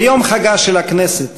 ביום חגה של הכנסת